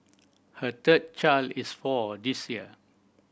her third child is four this year